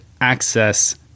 access